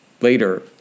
Later